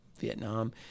Vietnam